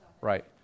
Right